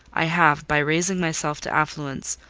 i have, by raising myself to affluence,